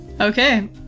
okay